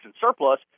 surplus